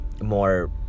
more